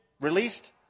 released